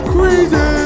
Crazy